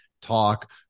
talk